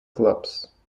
clubs